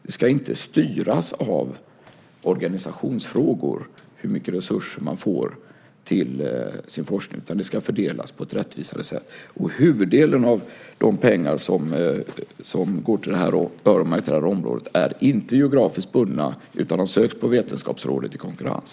Det ska inte styras av organisationsfrågor hur mycket resurser som man får till sin forskning, utan det ska fördelas på ett rättvisare sätt. Och huvuddelen av de pengar som går till detta och som är öronmärkta är inte geografiskt bundna utan har sökts från Vetenskapsrådet i konkurrens.